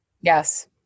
Yes